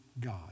God